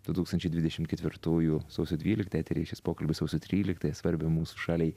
du tūkstančiai dvidešim ketvirtųjų sausio dvyliktąją tai reiškias pokalbis sausio tryliktąją svarbią mūsų šaliai